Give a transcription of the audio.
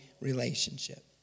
relationship